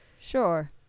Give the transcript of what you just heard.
Sure